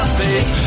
face